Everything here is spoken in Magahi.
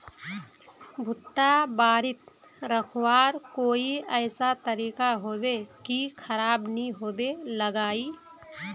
भुट्टा बारित रखवार कोई ऐसा तरीका होबे की खराब नि होबे लगाई?